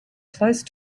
close